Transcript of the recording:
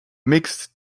mixed